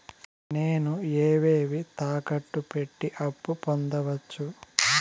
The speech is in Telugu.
నేను ఏవేవి తాకట్టు పెట్టి అప్పు పొందవచ్చు?